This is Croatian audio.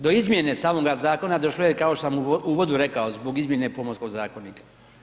Do izmjene samoga zakona došlo je kao što sam u uvodu rekao, zbog izmjene Pomorskog zakonika.